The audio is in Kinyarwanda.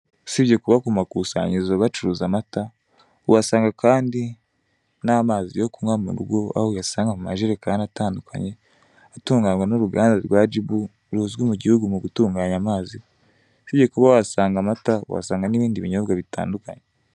Usibye kuba ku makusanyirizo bacuruza amata, uhasanga kandi n'amazi yo kunywa mu rugo, aho uyasanga mu majerekani atandukanye atunganwa n'uruganda rwa jibu, ruzwi mu gihugu mugutunganya amazi, usibye kuba wahasanga amata wahasanga n'ibindi binyobwa bitandukanye.